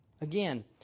Again